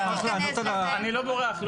אני לא בורח.